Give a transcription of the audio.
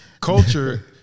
Culture